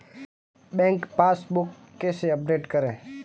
Bank passbook कैसे update करें?